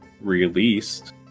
released